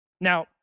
Now